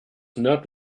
not